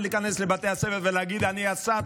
אתה רוצה להיכנס לבתי הספר ולהגיד: אני השר,